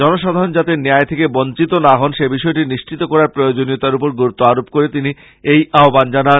জনসাধারণ যাতে ন্যায় থেকে বঞ্চিত না হন সেবিষয়টি নিশ্চিত করার প্রয়োজনীয়তার উপর গুরুত্ব আরোপ করে তিনি এই আহ্বান জানান